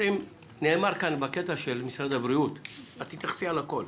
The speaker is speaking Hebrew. נאמר בקטע של משרד הבריאות והסייעות את תתייחסי לכול